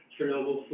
Chernobyl